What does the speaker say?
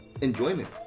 enjoyment